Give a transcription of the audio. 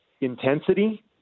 intensity